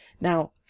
now